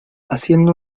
haciendo